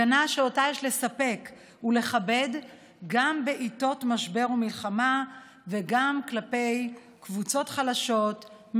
הגנה שאותה יש לספק ולכבד גם בעיתות משבר ומלחמה וגם כלפי קבוצות חלשות,